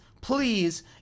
please